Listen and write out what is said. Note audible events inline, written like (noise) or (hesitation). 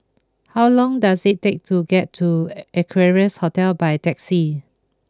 how long does it take to get to (hesitation) Equarius Hotel by taxi